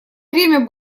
время